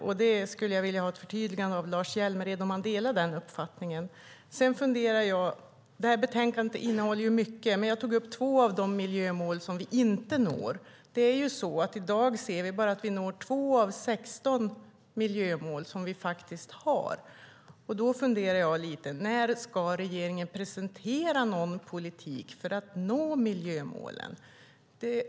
Jag vill att Lars Hjälmered förtydligar om han delar den uppfattningen. Det här betänkandet innehåller mycket. Jag tog upp två av de miljömål som vi inte når. I dag kan vi se att vi når två av 16 miljömål. När ska regeringen presentera en politik för att nå miljömålen?